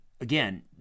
again